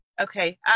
Okay